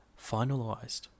finalized